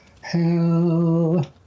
hell